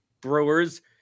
Brewers